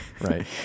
right